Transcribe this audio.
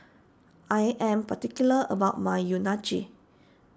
I am particular about my Unagi